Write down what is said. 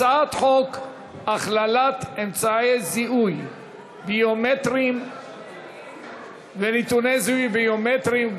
הצעת חוק הכללת אמצעי זיהוי ביומטריים ונתוני זיהוי ביומטריים,